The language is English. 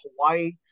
Hawaii